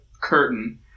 curtain